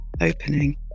opening